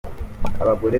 abagore